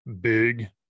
Big